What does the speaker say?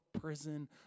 prison